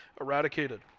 eradicated